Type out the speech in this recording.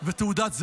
ותעודת זהות.